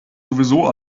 sowieso